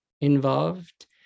involved